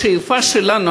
בשאיפה שלנו,